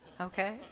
okay